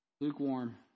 lukewarm